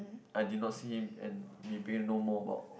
I did not see him and you begin to know more about